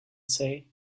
say